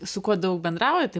su kuo daug bendrauju tai